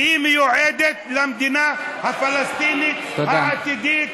והיא מיועדת למדינה הפלסטינית העתידית,